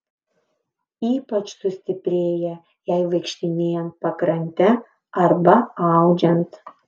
ypač sustiprėja jai vaikštinėjant pakrante arba audžiant